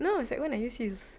no sec one I used heels